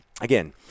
again